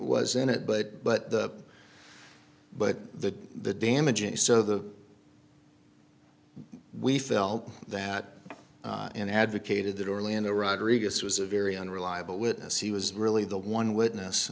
was in it but but the but the the damage and so the we felt that and advocated that orlando rodriguez was a very unreliable witness he was really the one witness